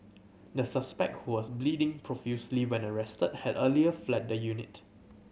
the suspect who was bleeding profusely when arrested had earlier fled the unit